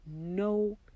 No